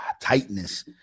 tightness